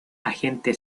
agente